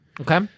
Okay